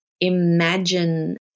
imagine